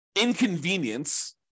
inconvenience